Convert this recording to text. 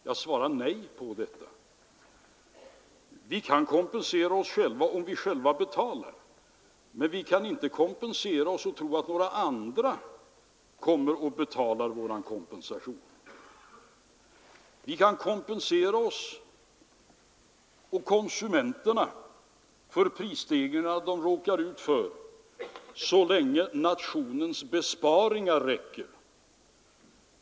Jag svarar nej på detta. Vi kan kompensera oss, om vi själva betalar, men vi kan inte kompensera oss och tro att några andra betalar vår kompensation. Vi kan kompensera oss och konsumenterna för prisstegringar så länge nationens besparingar räcker.